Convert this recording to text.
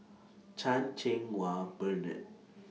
Chan Cheng Wah Bernard